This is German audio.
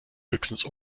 höchstens